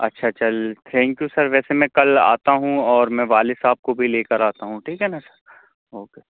اچھا چل thank you sir ویسے میں کل آتا ہوں اور میں والد صاحب کو بھی لے کر آتا ہوں ٹھیک ہے نا سر اوکے